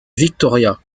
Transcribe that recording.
victoria